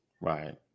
Right